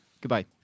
Goodbye